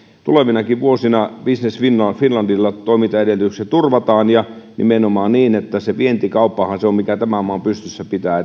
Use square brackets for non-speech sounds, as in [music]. tulevinakin vuosina business finlandilla toimintaedellytykset turvataan ja nimenomaan niin että se vientikauppahan se on mikä tämän maan pystyssä pitää [unintelligible]